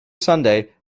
sunday